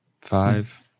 Five